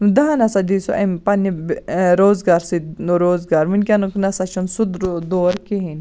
دَہَن ہَسا دِییہ سُہ امہِ پَننہِ روزگار سۭتۍ روزگار وُنکیٚنُک نَسا چھُنہٕ سُہ دور کِہیٖنٛۍ